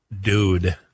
dude